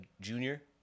junior